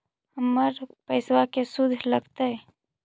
हमर पैसाबा के शुद्ध लगतै?